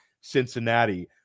Cincinnati